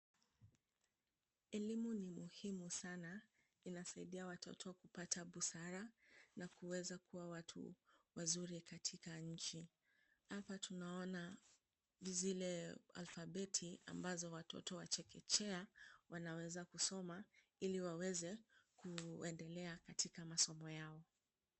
Elimu ni muhimu sana, inasaidia watoto kupata busara, na kuweza kuwa watu wazuri katika nchi. Hapa tunaona zile alphabet ambazo watoto wa chekechea wanaweza kusoma, ili waweze kuendelea katika masomo yao.